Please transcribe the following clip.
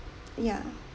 ya